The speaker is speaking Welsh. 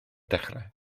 dechrau